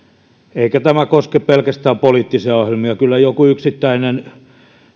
eikä tämä koske pelkästään poliittisia ohjelmia kyllä joku yksittäinen